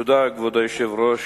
כבוד היושב-ראש,